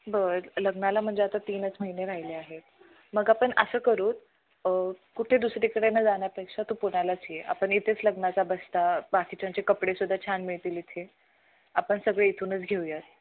बरं लग्नाला म्हणजे आता तीनच महिने राहिले आहेत मग आपण असं करू कुठे दुसरीकडे न जाण्यापेक्षा तू पुण्यालाच ये आपण इथेच लग्नाचा बस्ता बाकीच्यांचे कपडेसुद्धा छान मिळतील इथे आपण सगळे इथूनच घेऊ या